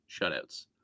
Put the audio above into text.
shutouts